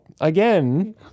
again